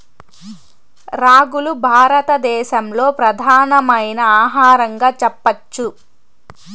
రాగులు భారత దేశంలో ప్రధానమైన ఆహారంగా చెప్పచ్చు